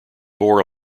bore